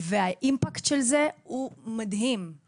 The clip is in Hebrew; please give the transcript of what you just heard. האימפקט של זה הוא מדהים.